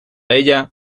ella